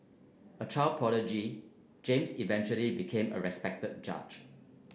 a child prodigy James eventually became a respected judge